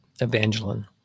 Evangeline